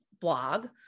blog